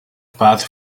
path